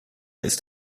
ist